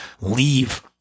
leave